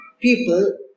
people